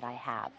that i have